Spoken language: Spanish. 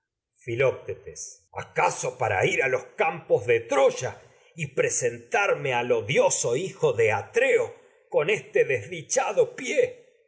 filoctetes acaso para ir a los campos dé troya y presentarme al odioso hijo de atreo con este desdi chado pie